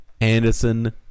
Anderson-